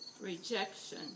rejection